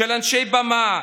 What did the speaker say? של אנשי במה,